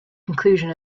conclusion